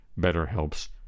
BetterHelp's